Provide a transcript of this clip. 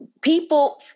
people